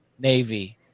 Navy